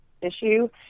issue